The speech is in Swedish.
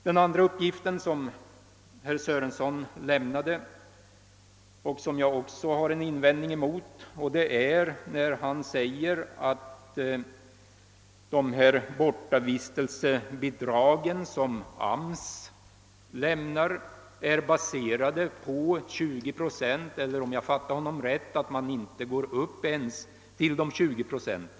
Den andra uppgiften som herr Sörenson lämnade och som jag också har en invändning emot är hans påstående att de bortavistelsebidrag som AMS lämnar är baserade på 20 procent eller — om jag fattade honom rätt — icke ens går upp till dessa 20 procent.